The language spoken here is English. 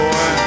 Boy